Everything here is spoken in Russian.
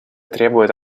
требует